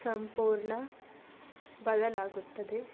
ಸಂಪೂರ್ಣ ಬದಲಾಗುತ್ತದೆ